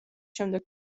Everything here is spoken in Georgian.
შემდეგ